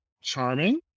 charming